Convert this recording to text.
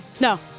No